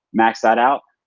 max that out.